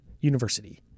university